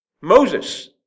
Moses